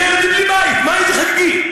ילד בלי בית, מה יש חגיגי?